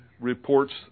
reports